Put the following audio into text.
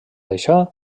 això